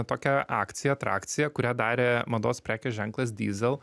tokią akciją atrakciją kurią darė mados prekės ženklas dyzel